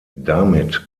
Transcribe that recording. damit